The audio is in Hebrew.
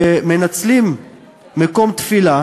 שמנצלים מקום תפילה